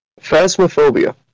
Phasmophobia